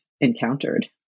encountered